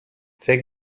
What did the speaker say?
فکر